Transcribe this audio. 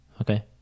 Okay